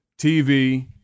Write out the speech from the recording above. TV